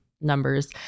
numbers